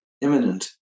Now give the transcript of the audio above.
imminent